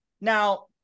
Now